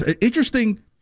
Interesting